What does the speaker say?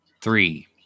Three